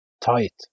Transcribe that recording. tight